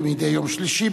כמדי יום שלישי,